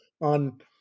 on